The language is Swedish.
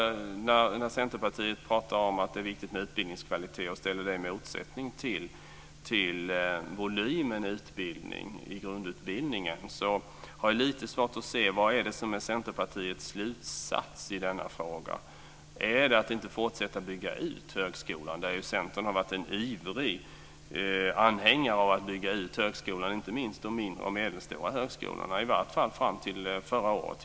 När Centerpartiet pratar om att det är viktigt med utbildningskvalitet och ställer det i motsättning till volymen utbildning i grundutbildningen har jag - utan att vara alltför polemisk - lite svårt att se vad det är som är Centerpartiets slutsats i frågan. Är det att inte fortsätta bygga ut högskolan? Centern har ju varit en ivrig anhängare av att bygga ut inte minst de mindre och medelstora högskolorna - i varje fall fram till förra året.